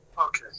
Okay